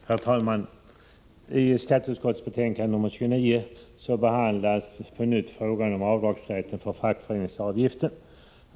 Herr talman! I skatteutskottets betänkande 29 behandlas på nytt frågan om avdragsrätt för fackföreningsavgifter.